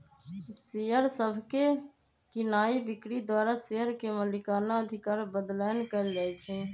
share सभके कीनाइ बिक्री द्वारा शेयर के मलिकना अधिकार बदलैंन कएल जाइ छइ